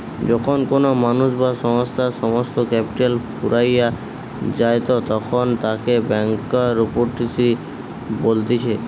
যখন কোনো মানুষ বা সংস্থার সমস্ত ক্যাপিটাল ফুরাইয়া যায়তখন তাকে ব্যাংকরূপটিসি বলতিছে